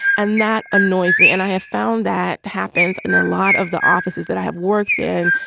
and that annoys me and i have found that happens in a lot of the offices that i have worked in,